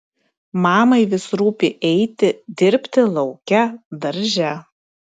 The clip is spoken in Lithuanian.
mamai vis rūpi eiti dirbti lauke darže